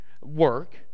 work